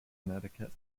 connecticut